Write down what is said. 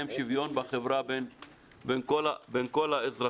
בחברה בין כל האזרחים.